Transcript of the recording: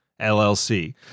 LLC